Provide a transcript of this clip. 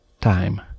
time